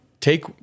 take